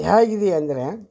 ಹೇಗಿದೆ ಅಂದರೆ